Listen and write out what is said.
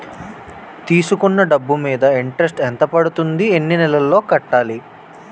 తీసుకున్న డబ్బు మీద ఇంట్రెస్ట్ ఎంత పడుతుంది? ఎన్ని నెలలో కట్టాలి?